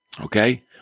Okay